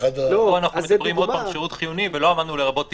פה אנחנו מדברים שוב על שירות חיוני ולא אמרנו "לרבות תיקונים",